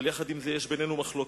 אבל עם זה יש בינינו מחלוקת.